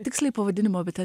tiksliai pavadinimo bet